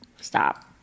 Stop